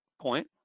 point